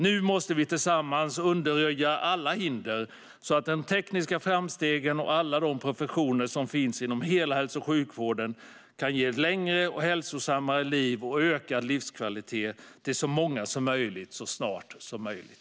Nu måste vi tillsammans undanröja alla hinder så att de tekniska framstegen och alla de professioner som finns inom hela hälso och sjukvården kan ge längre och hälsosammare liv och ökad livskvalitet till så många som möjligt så snart som möjligt.